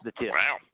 Wow